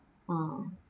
mm